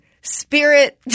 spirit